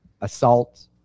assault